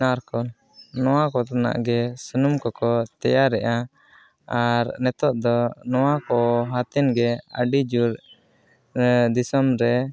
ᱱᱟᱨᱠᱳᱞ ᱱᱚᱣᱟ ᱠᱚᱨᱮᱱᱟᱜ ᱜᱮ ᱥᱩᱱᱩᱢ ᱠᱚᱠᱚ ᱛᱮᱭᱟᱨᱮᱫᱼᱟ ᱟᱨ ᱱᱮᱛᱚᱜ ᱫᱚ ᱱᱚᱣᱟ ᱠᱚ ᱟᱛᱮᱱᱜᱮ ᱟᱹᱰᱤᱡᱳᱨ ᱫᱤᱥᱚᱢᱨᱮ